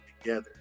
together